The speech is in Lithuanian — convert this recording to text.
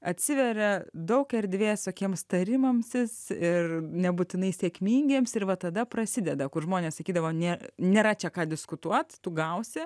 atsiveria daug erdvės visokiems tarimasis ir nebūtinai sėkmingiems ir va tada prasideda kur žmonės sakydavo ne nėra čia ką diskutuot tu gausi